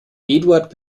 eduard